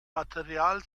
material